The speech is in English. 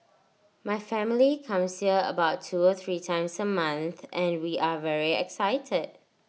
my family comes here about two or three times A month and we are very excited